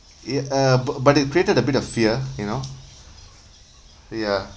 y~ uh b~ but it created a bit of fear you know ya